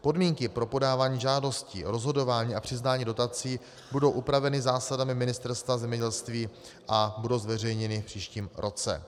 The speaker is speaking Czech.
Podmínky pro podávání žádostí, rozhodování a přiznání dotací budou upraveny zásadami Ministerstva zemědělství a budou zveřejněny v příštím roce.